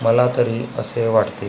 मला तरी असे वाटते